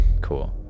cool